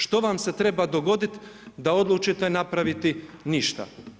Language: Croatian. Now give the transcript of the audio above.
Što vam se treba dogodit da odlučite napraviti ništa?